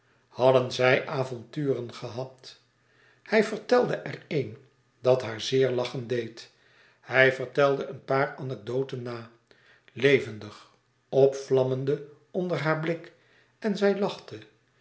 hadden zij avonturen gehad hij vertelde er een die haar zeer lachen deed hij vertelde een paar anecdoten na levendig opvlammende onder haar blik en zij lachte